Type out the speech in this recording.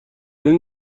این